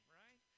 right